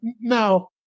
Now